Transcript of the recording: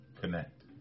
connect